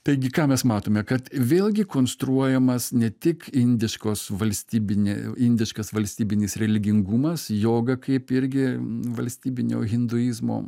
taigi ką mes matome kad vėlgi konstruojamas ne tik indiškos valstybinė indiškas valstybinis religingumas joga kaip irgi valstybinio hinduizmo